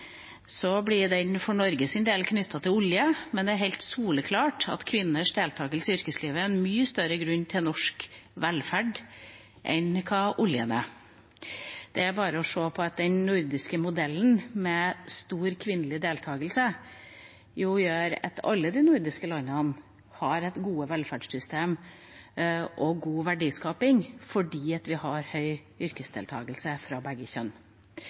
blir den for Norges del knyttet til olje, men det er helt soleklart at kvinners deltakelse i yrkeslivet er en mye større grunn til norsk velferd enn oljen er. Det er bare å se på at den nordiske modellen med stor kvinnelig deltakelse, den gjør at alle de nordiske landene har gode velferdssystem og god verdiskaping – fordi vi har høy yrkesdeltakelse fra begge kjønn.